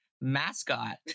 mascot